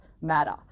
matter